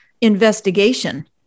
investigation